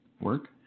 Work